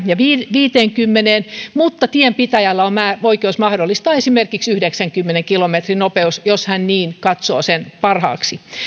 ja viiteenkymmeneen mutta tienpitäjällä on oikeus mahdollistaa esimerkiksi yhdeksänkymmenen kilometrin nopeus jos hän niin katsoo sen parhaaksi